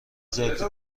ذاتی